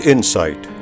Insight